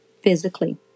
Physically